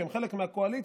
כשהם חלק מהקואליציה,